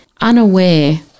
unaware